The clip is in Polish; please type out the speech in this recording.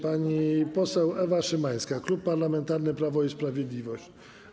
Pani poseł Ewa Szymańska, Klub Parlamentarny Prawo i Sprawiedliwość.